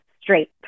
straight